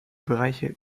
bereiche